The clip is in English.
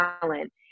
talent